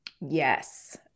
Yes